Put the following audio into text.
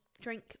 drink